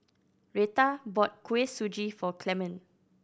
Retta bought Kuih Suji for Clemon